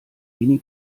mini